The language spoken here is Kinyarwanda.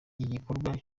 igikorwa